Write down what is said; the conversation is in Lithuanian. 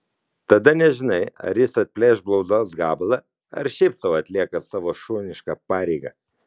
tada nežinai ar jis atplėš blauzdos gabalą ar šiaip sau atlieka savo šunišką pareigą